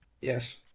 Yes